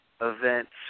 Events